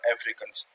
Africans